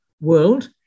world